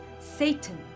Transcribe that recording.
Satan